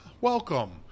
Welcome